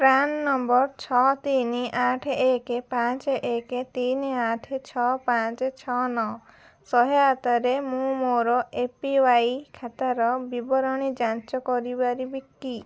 PRAN number ଛଅ ତିନି ଆଠ ଏକ ପାଞ୍ଚ ଏକେ ତିନି ଆଠ ଛଅ ପାଞ୍ଚ ଛଅ ନଅ ସହାୟତାରେ ମୁଁ ମୋର ଏ ପି ୱାଇ ଖାତାର ବିବରଣୀ ଯାଞ୍ଚ କରିପାରିବି କି